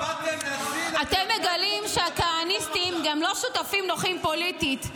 אתם מגלים שהכהניסטים גם לא שותפים נוחים פוליטית.